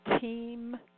team